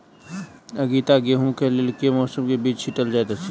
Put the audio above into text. आगिता गेंहूँ कऽ लेल केँ मौसम मे बीज छिटल जाइत अछि?